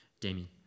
Damien